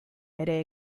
bere